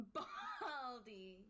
baldy